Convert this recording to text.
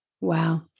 Wow